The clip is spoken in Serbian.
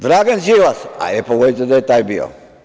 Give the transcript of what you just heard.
Dragan Đilas, ajde pogodite gde je taj bio?